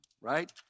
right